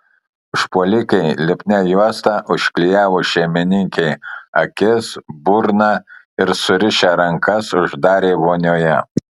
užpuolikai lipnia juosta užklijavo šeimininkei akis burną ir surišę rankas uždarė vonioje